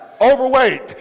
Overweight